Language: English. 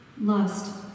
lust